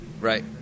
right